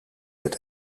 het